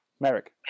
Merrick